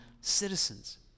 citizens